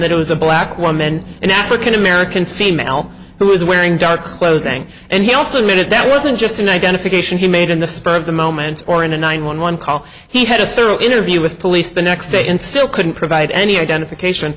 that it was a black woman an african american female who was wearing dark clothing and he also admitted that it wasn't just an identification he made in the spur of the moment or in a nine one one call he had a thorough interview with police the next day in still couldn't provide any identification